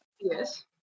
Yes